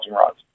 rods